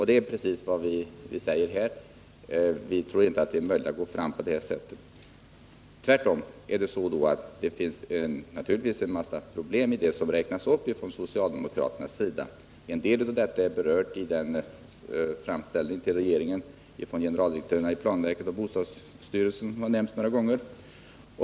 — Det är precis vad vi säger här. Vi tror inte att det är möjligt att gå fram på det här sättet. Det finns en mängd problem i det socialdemokraterna räknar upp. En del av dem är berörda i den framställning till regeringen från generaldirektörerna i planverket och bostadsstyrelsen som har nämnts några gånger.